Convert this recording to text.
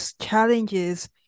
challenges